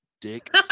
dick